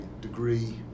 degree